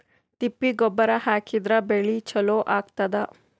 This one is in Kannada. ತಿಪ್ಪಿ ಗೊಬ್ಬರ ಹಾಕಿದ್ರ ಬೆಳಿ ಚಲೋ ಆಗತದ?